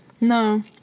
No